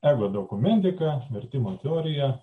ego dokumentika vertimo teorija